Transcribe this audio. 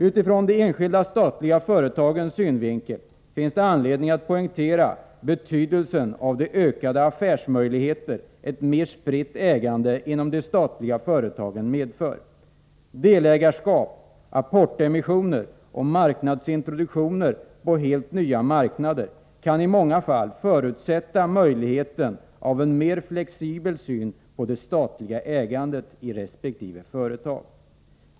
Utifrån de enskilda stätliga företagens synvinkel finns det anledning att poängtera betydelsen av de ökade affärsmöjligheter ett mer spritt ägande inom de statliga företagen medför. Delägarskap, apportemissioner och marknadsintroduktioner på helt nya marknader kan, i många fall, förutsätta möjligheten av en mer flexibel syn på det statliga ägandet i resp. företag.